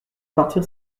partir